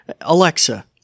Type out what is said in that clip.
Alexa